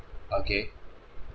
okay